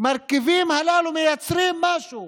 המרכיבים הללו מייצרים משהו,